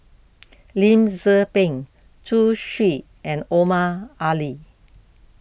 Lim Tze Peng Zhu Xu and Omar Ali